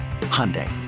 Hyundai